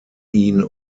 ihn